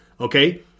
Okay